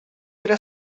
era